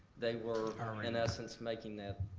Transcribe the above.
they were um and essence making that